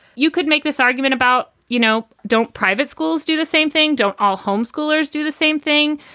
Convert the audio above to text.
you could make this argument about, you know, don't private schools do the same thing? don't all homeschoolers do the same thing?